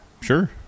Sure